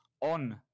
on